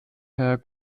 her